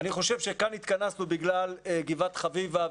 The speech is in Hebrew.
כאן התכנסנו בגלל גבעת חביבה,